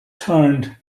turned